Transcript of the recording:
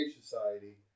Society